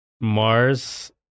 Mars